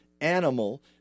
animal